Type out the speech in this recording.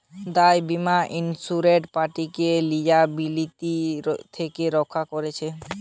দায় বীমা ইন্সুরেড পার্টিকে লিয়াবিলিটি থেকে রক্ষা করতিছে